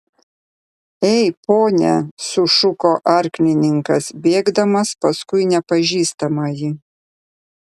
ei pone sušuko arklininkas bėgdamas paskui nepažįstamąjį